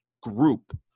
group